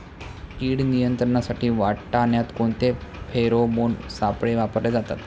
कीड नियंत्रणासाठी वाटाण्यात कोणते फेरोमोन सापळे वापरले जातात?